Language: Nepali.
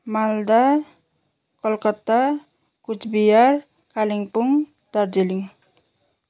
मालदा कलकत्ता कुचबिहार कालिम्पोङ दार्जिलिङ